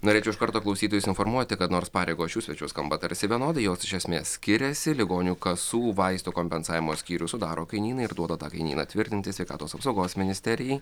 norėčiau iš karto klausytojus informuoti kad nors pareigos šių svečių skamba tarsi vienodai jos iš esmės skiriasi ligonių kasų vaistų kompensavimo skyrius sudaro kainyną ir duoda tą kainyną tvirtinti sveikatos apsaugos ministerijai